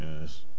yes